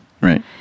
Right